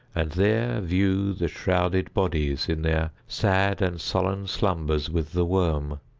and there view the shrouded bodies in their sad and solemn slumbers with the worm.